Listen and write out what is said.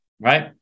Right